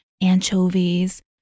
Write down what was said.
anchovies